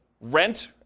rent